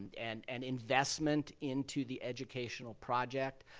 and and investment into the educational project.